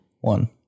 one